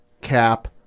Cap